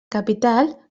capital